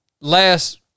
last